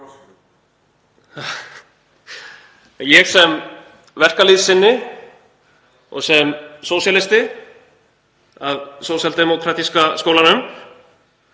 Ég sem verkalýðssinni og sósíalisti af sósíaldemókratíska skólanum